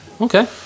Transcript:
Okay